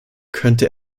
könnte